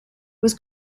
was